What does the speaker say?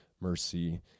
mercy